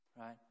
Right